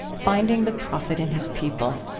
finding the prophet in his people.